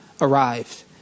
arrived